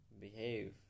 behave